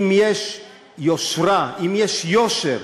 אם יש יושרה, אם יש יושר,